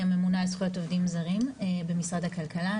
הממונה על זכויות עובדים זרים במשרד הכלכלה,